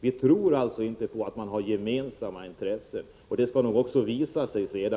Vi tror alltså inte på att man har gemensamma intressen. Det skall nog också visa sig,